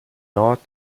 north